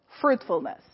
fruitfulness